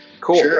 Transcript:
Cool